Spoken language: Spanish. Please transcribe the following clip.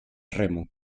remo